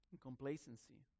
complacency